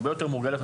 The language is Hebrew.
הרבה יותר מורגלת,